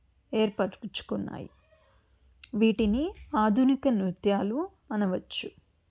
ఏర్పడుచుకున్నాయి వీటిని ఆధునిక నృత్యాలు అనవచ్చు